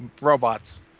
robots